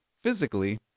physically